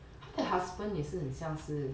她的 husband 也是很像是